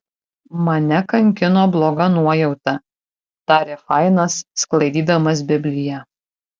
mane kankino bloga nuojauta tarė fainas sklaidydamas bibliją